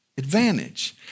advantage